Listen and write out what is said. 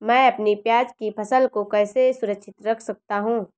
मैं अपनी प्याज की फसल को कैसे सुरक्षित रख सकता हूँ?